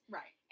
Right